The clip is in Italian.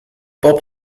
pop